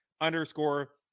underscore